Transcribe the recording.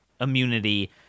immunity